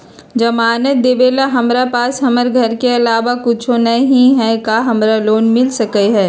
जमानत देवेला हमरा पास हमर घर के अलावा कुछो न ही का हमरा लोन मिल सकई ह?